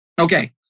okay